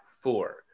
four